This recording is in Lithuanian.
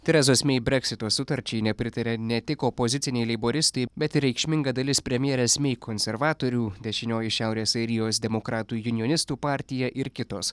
terezos mei breksito sutarčiai nepritaria ne tik opoziciniai leiboristai bet ir reikšminga dalis premjerės mei konservatorių dešinioji šiaurės airijos demokratų junionistų partija ir kitos